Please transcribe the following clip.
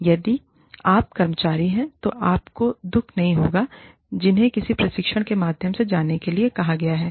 और यदि आप एक कर्मचारी हैं तो आपको दुख नहीं होगा जिन्हें किसी प्रशिक्षण के माध्यम से जाने के लिए कहा गया है